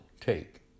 take